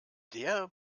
der